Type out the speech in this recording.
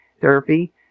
therapy